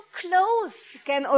close